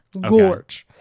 gorge